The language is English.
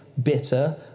Bitter